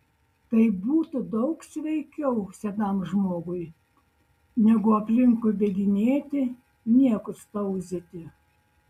tai būtų daug sveikiau senam žmogui negu aplinkui bėginėti niekus tauzyti